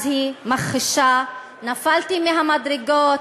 אז היא מכחישה: נפלתי מהמדרגות,